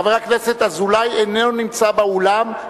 חבר הכנסת אזולאי איננו נמצא באולם,